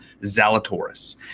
Zalatoris